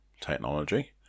technology